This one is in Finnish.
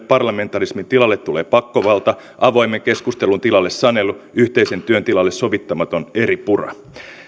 parlamentarismin tilalle tulee pakkovalta avoimen keskustelun tilalle sanelu yhteisen työn tilalle sovittamaton eripura